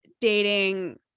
dating